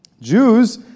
Jews